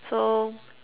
so